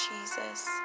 Jesus